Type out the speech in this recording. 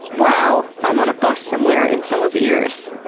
wow! i'm on a bus somewhere in someone's ears.